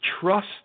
trust